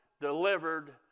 delivered